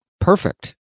perfect